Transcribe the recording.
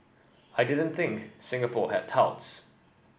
I didn't think Singapore had touts